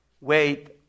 Wait